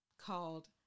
called